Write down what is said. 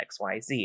xyz